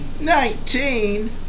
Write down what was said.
Nineteen